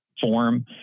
form